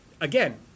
Again